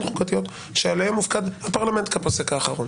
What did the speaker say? חוקתיות שעליהן מופקד הפרלמנט כפוסק האחרון.